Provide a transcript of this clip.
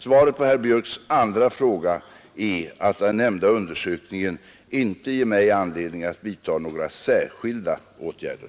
Svaret på herr Björcks andra fråga är att den nämnda undersökningen inte ger mig anledning att vidta några särskilda åtgärder.